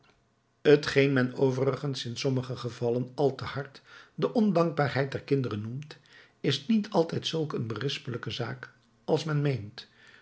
geen men overigens in sommige gevallen al te hard de ondankbaarheid der kinderen noemt is niet altijd zulk een berispelijke zaak als men meent